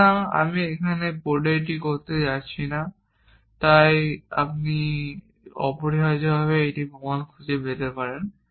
সুতরাং আমি এখানে বোর্ডে এটি করতে যাচ্ছি না তবে আপনি অপরিহার্যভাবে একটি প্রমাণ খুঁজে পেতে পারেন